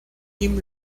kim